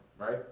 right